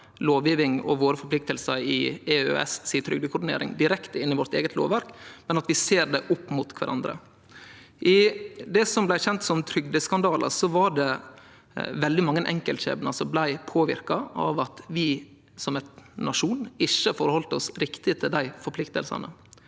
lovgjeving og våre forpliktingar i EØS si trygdekoordinering direkte inn i vårt eige lovverk, men at vi ser det opp mot kvarandre. I det som blei kjent som trygdeskandalen, var det veldig mange enkeltskjebnar som blei påverka av at vi som nasjon ikkje forheldt oss riktig til dei forpliktingane.